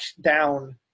down